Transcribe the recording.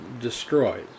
destroyed